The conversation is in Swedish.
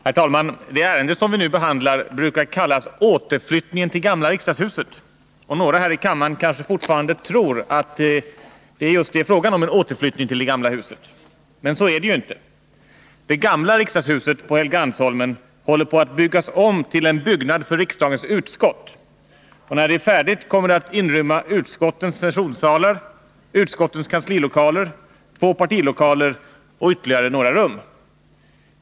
Herr talman! Det ärende som vi nu behandlar brukar kallas ”återflyttningen till gamla riksdagshuset”, och några här i kammaren kanske fortfarande tror att det just är fråga om en återflyttning till det gamla huset. Men så är det juinte. Det gamla riksdagshuset på Helgeandsholmen håller på att byggas om till en byggnad för riksdagens utskott, och när det blir färdigt kommer det att inrymma utskottens sessionssalar, utskottens kanslilokaler, två partilokaler och ytterligare några rum.